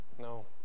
No